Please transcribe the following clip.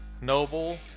Noble